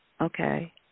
okay